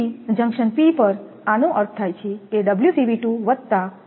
તેથી junction P પર આનો અર્થ થાય છે કે વત્તા